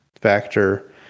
factor